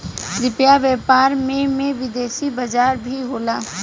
कृषि व्यापार में में विदेशी बाजार भी होला